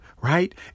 right